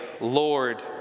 Lord